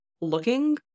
looking